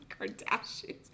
Kardashians